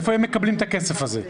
איפה הם מקבלים את הכסף הזה?